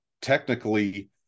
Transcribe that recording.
technically